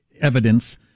evidence